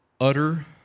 Utter